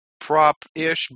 prop-ish